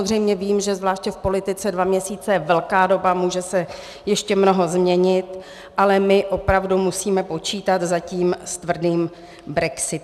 Já samozřejmě vím, že zvláště v politice dva měsíce je velká doba, může se ještě mnoho změnit, ale my opravdu musíme počítat zatím s tvrdým brexitem.